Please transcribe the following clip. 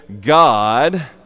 God